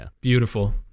Beautiful